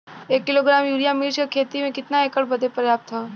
एक kilogram urea मिर्च क खेती में कितना एकड़ बदे पर्याप्त ह?